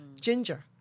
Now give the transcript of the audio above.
Ginger